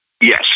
Yes